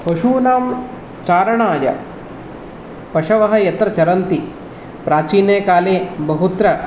पशूनां चारणाय पशवः यत्र चरन्ति प्राचीने काले बहुत्र